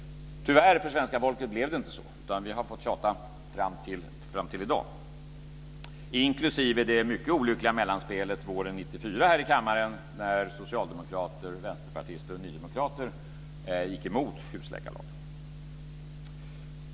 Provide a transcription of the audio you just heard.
Tyvärr, för svenska folket, blev det inte så, utan vi har fått tjata fram till i dag, inklusive det mycket olyckliga mellanspelet våren 1994 här i kammaren när socialdemokrater, vänsterpartister och nydemokrater gick emot husläkarlagen.